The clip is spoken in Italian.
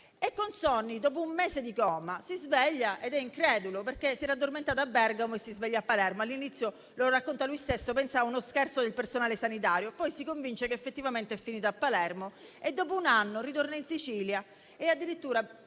e salvato. Dopo un mese di coma, si sveglia incredulo: si era addormentato a Bergamo, ma si è svegliato a Palermo; all'inizio - lo racconta lui stesso - pensava a uno scherzo del personale sanitario, poi si convince effettivamente di essere finito a Palermo. Dopo un anno ritorna in Sicilia e addirittura,